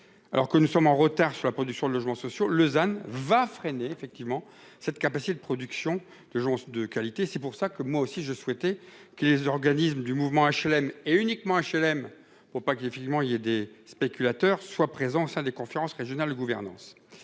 alors que nous sommes en retard sur la production de logements sociaux. Lausanne va freiner effectivement cette capacité de production de chance de qualité. C'est pour ça que moi aussi je souhaitais que les organismes du mouvement HLM et uniquement HLM pour pas qu'effectivement il y a des spéculateurs soient présents au sein des conférences régionales gouvernance